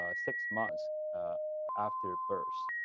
ah six months after birth.